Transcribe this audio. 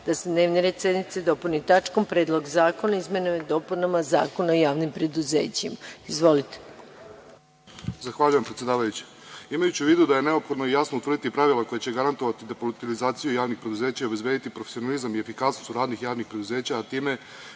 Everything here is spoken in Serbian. da se dnevni red sednice dopuni tačkom Predlog zakona o izmenama i dopunama Zakona o javnim preduzećima. Izvolite. **Zdravko Stanković** Zahvaljujem predsedavajuća. Imajući u vidu da je neophodno i jasno utvrditi pravila koja će garantovati depolitizaciju javnih preduzeća i obezbediti profesionalizam i efikasnost u radu javnih preduzeća, a time